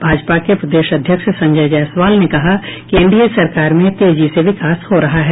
भाजपा के प्रदेश अध्यक्ष संजय जायसवाल ने कहा कि एनडीए सरकार में तेजी से विकास हो रहा है